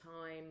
time